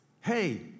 hey